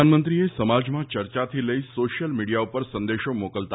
પ્રધાનમંત્રીએ સમાજમાં ચર્ચાથી લઇ સોશ્યલ મીડીયા પર સંદેશો મોકલતા